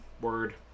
word